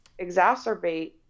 exacerbate